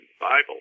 Bible